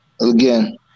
Again